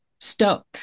stuck